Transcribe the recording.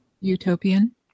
Utopian